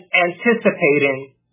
anticipating